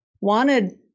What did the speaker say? wanted